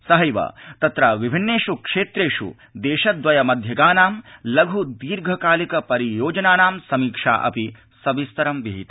सहैव तत्र विभिन्नेषु क्षेत्रेषु देश द्वय मध्यगानां लघु दीर्घ कालिक परियोजनानां समीक्षा अपि विहिता